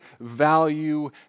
value